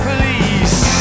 Police